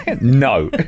no